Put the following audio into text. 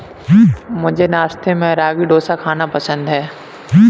मुझे नाश्ते में रागी डोसा खाना पसंद है